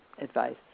advice